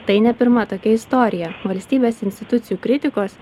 tai ne pirma tokia istorija valstybės institucijų kritikos